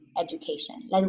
education